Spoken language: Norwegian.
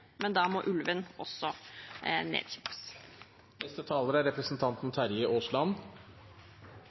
Men da må ulven også nedkjempes. Det er noen saker som er